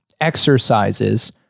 exercises